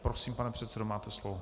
Prosím, pane předsedo, máte slovo.